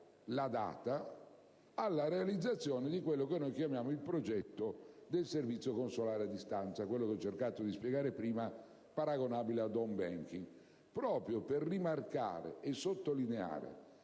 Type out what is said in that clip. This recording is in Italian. data alla realizzazione di quello che chiamiamo il progetto del servizio consolare a distanza, che ho cercato di spiegare prima, paragonabile all'*home banking*. Questo, per rimarcare e sottolineare